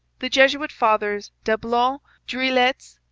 the jesuit fathers dablon, dreuillettes,